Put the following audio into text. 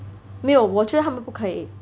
没有我觉得他们不可以